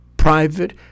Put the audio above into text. private